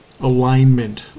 alignment